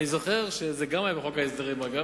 אני זוכר שגם זה היה בחוק ההסדרים, אגב,